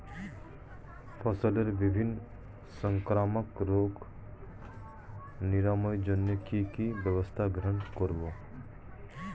ফসলের বিভিন্ন সংক্রামক রোগ নিরাময়ের জন্য কি কি ব্যবস্থা গ্রহণ করব?